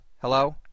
Hello